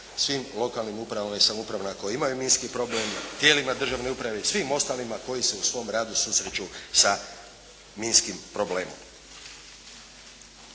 svim lokalnim upravama i samoupravama koje imaju minski problem, tijelima državne uprave i svim ostalima koji se u svom radu susreću sa minskim problemom.